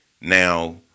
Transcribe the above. Now